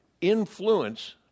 influence